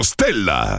Stella